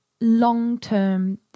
long-term